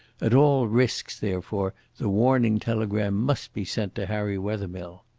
at all risks, therefore, the warning telegram must be sent to harry wethermill.